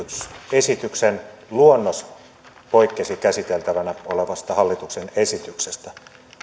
esityksen luonnos poikkesi käsiteltävänä olevasta hallituksen esityksestä